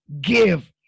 Give